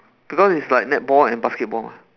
because it's like netball and basketball